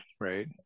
right